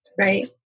Right